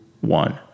one